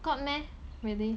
got meh really